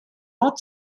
not